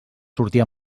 sortir